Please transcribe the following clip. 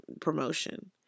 promotion